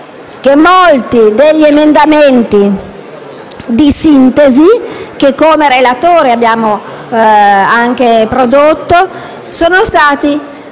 che molti degli emendamenti di sintesi che, come relatori, abbiamo prodotto sono stati